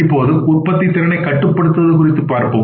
இப்போது உற்பத்தித்திறனைக் கட்டுப்படுத்துவது குறித்து பார்ப்போம்